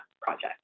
project